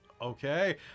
Okay